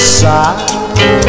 side